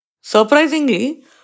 Surprisingly